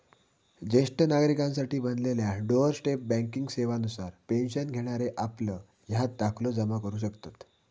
ज्येष्ठ नागरिकांसाठी बनलेल्या डोअर स्टेप बँकिंग सेवा नुसार पेन्शन घेणारे आपलं हयात दाखलो जमा करू शकतत